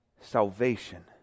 salvation